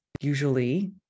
usually